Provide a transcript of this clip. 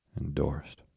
endorsed